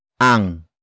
ang